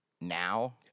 now